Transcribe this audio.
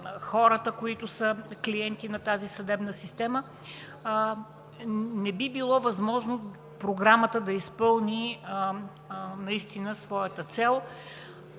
хората, които са клиенти на тази съдебна система, не би било възможно програмата да изпълни своята цел